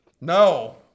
No